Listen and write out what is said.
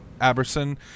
Aberson